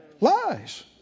lies